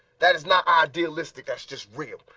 that is not idealistic, that's just real.